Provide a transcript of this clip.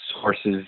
sources